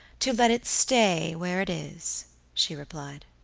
to let it stay where it is she replied.